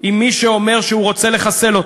עם מי שאומר שהוא רוצה לחסל אותו?